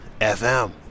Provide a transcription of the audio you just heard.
FM